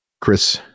Chris